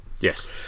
Yes